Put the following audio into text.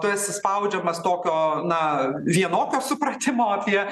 tu esi suspaudžiamas tokio na vienoko supratimo apie